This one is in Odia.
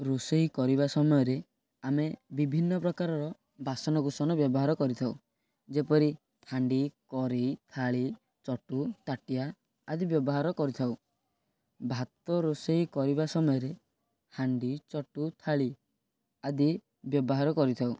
ରୋଷେଇ କରିବା ସମୟରେ ଆମେ ବିଭିନ୍ନ ପ୍ରକାରର ବାସନ କୁସନ ବ୍ୟବହାର କରିଥାଉ ଯେପରି ହାଣ୍ଡି କରେଇ ଥାଳି ଚଟୁ ତାଟିଆ ଆଦି ବ୍ୟବହାର କରିଥାଉ ଭାତ ରୋଷେଇ କରିବା ସମୟରେ ହାଣ୍ଡି ଚଟୁ ଥାଳି ଆଦି ବ୍ୟବହାର କରିଥାଉ